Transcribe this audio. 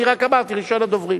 אני רק אמרתי: ראשון הדוברים.